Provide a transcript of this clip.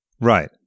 Right